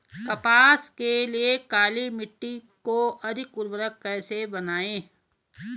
कपास के लिए काली मिट्टी को अधिक उर्वरक कैसे बनायें?